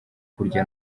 kurya